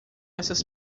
essas